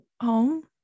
home